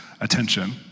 attention